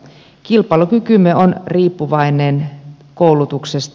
kilpailukykymme on riippuvainen koulutuksesta